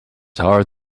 hard